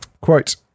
Quote